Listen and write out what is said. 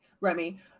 Remy